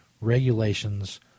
regulations